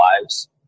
lives